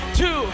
two